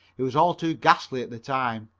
it was all too ghastly at the time,